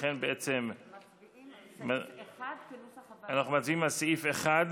לכן בעצם אנחנו מצביעים על סעיף 1,